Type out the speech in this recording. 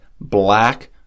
black